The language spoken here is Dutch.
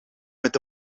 met